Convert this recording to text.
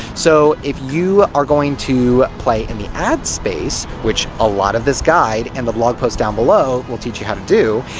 so, if you are going to play in the ad space, which a lot of this guide and the blog post down below will teach you how to do,